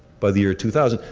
by the year two thousand.